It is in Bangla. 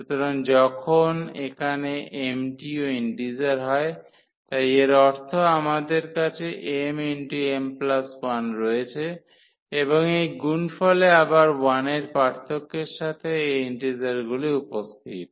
সুতরাং যখন এখানে m টিও ইন্টিজার হয় তাই এর অর্থ আমাদের কাছে mm1রয়েছে এবং এই গুণফলে আবার 1 এর পার্থক্যের সাথে এই ইন্টিজারগুলি উপস্থিত